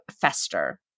fester